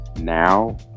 now